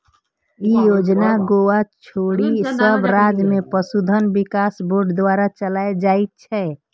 ई योजना गोवा छोड़ि सब राज्य मे पशुधन विकास बोर्ड द्वारा चलाएल जाइ छै